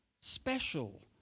special